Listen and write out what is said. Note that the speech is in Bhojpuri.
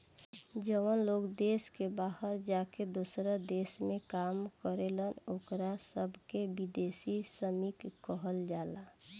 जवन लोग देश के बाहर जाके दोसरा देश में काम करेलन ओकरा सभे के विदेशी श्रमिक कहल जाला